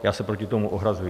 Já se proti tomu ohrazuji.